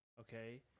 okay